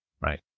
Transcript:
Right